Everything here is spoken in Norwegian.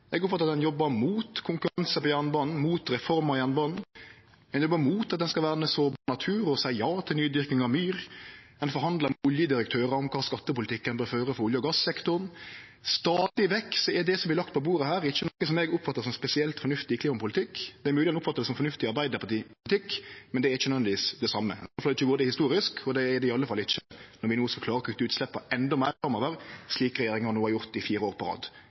Eg oppfattar at dei jobbar mot konkurranse på jernbanen, mot reform av jernbanen, dei jobbar mot at ein skal verne sårbar natur, og seier ja til nydyrking av myr, ein forhandlar med oljedirektørar om kva skattepolitikk ein bør føre for olje- og gassektoren. Stadig vekk er det som vert lagt på bordet, ikkje noko eg oppfattar som spesielt fornuftig klimapolitikk. Det er mogeleg ein oppfattar det som fornuftig Arbeidarparti-politikk, men det er ikkje nødvendigvis det same. Det har i alle fall ikkje vore det historisk, og det er det i alle fall ikkje når vi no skal klare å kutte utsleppa endå meir framover – slik regjeringa no har gjort i fire år på rad.